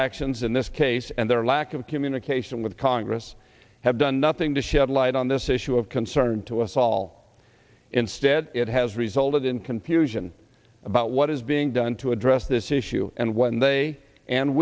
actions in this case and their lack of communication with congress have done nothing to shed light on this issue of concern to us all instead it has resulted in confusion about what is being done to address this issue and when they and